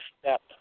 step